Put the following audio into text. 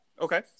Okay